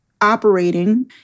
operating